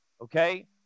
Okay